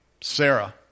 Sarah